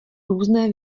různé